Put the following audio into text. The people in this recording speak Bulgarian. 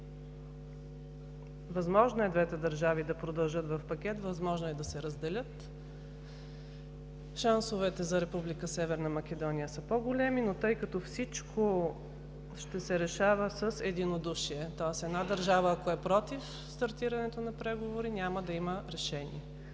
Възможно е двете държави да продължат в пакет, възможно е да се разделят. Шансовете за Република Северна Македония са по-големи, но тъй като всичко ще се решава с единодушие, тоест, ако една държава е против стартирането на преговори, няма да има решение.